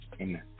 Amen